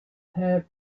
have